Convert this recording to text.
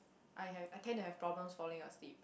I have I tend to have problems falling asleep